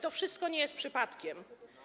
To wszystko nie jest przypadkiem.